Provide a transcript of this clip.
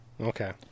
Okay